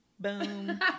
Boom